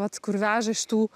vat kur veža iš tų